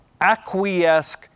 acquiesce